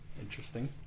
Interesting